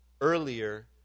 earlier